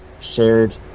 shared